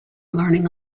learning